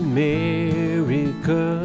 America